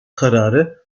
kararı